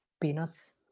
peanuts